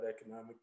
economic